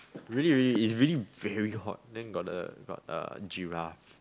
really really it's really very hot then got the got uh giraffe